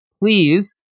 Please